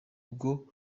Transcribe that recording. bwo